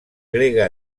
grega